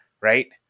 Right